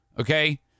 Okay